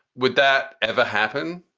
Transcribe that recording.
would that ever happen?